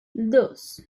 dos